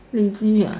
lazy what